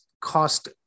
cost